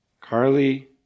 Carly